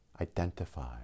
identify